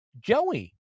joey